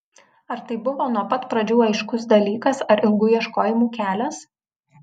ar tai buvo nuo pat pradžių aiškus dalykas ar ilgų ieškojimų kelias